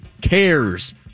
cares